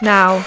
Now